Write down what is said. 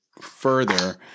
further